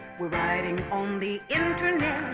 we're riding on the internet!